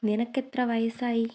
നിനക്കെത്ര വയസ്സായി